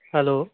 hello